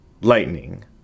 Lightning